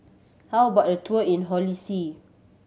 how about a tour in Holy See